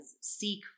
Seek